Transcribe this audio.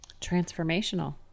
Transformational